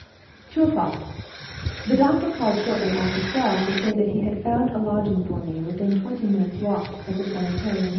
two o'clock the doctor called shortly after twelve to say that he had found a lodging for me within twenty minutes' walk of the sanitarium.